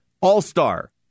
All-star